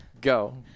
Go